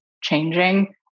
changing